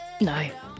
No